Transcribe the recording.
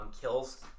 kills